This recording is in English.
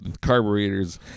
Carburetors